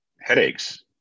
headaches